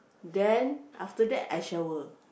then after that I shower